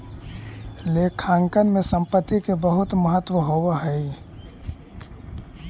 लेखांकन में संपत्ति के बहुत महत्व होवऽ हइ